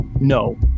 No